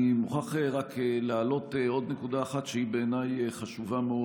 אני מוכרח רק להעלות עוד נקודה אחת שהיא בעיניי חשובה מאוד.